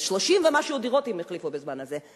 30 ומשהו דירות הם החליפו בזמן הזה.